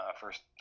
first